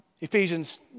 Ephesians